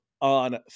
on